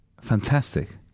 Fantastic